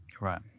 right